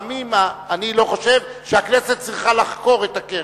אני לא חושב שהכנסת צריכה לחקור את הקרן,